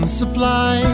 supply